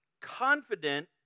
confident